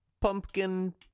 Pumpkin